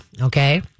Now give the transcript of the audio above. Okay